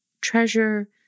treasure